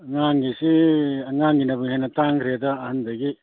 ꯑꯉꯥꯡꯒꯤꯁꯤ ꯑꯉꯥꯡꯒꯤꯅꯕꯨ ꯍꯦꯟꯅ ꯇꯥꯡꯒꯔꯦꯗ ꯑꯍꯟꯗꯒꯤ